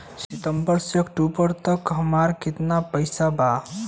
सितंबर से अक्टूबर तक हमार कितना पैसा बा?